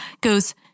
goes